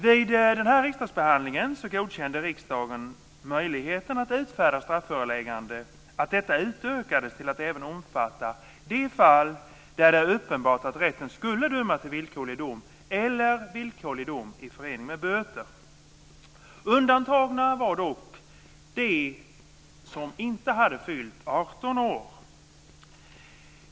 Vid den riksdagsbehandlingen godkände riksdagen att möjligheten att utfärda strafföreläggande utökades till att även omfatta de fall där det är uppenbart att rätten skulle döma till villkorlig dom eller villkorlig dom i förening med böter. Undantagna var dock de som inte hade fyllt 18 år.